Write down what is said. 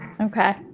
Okay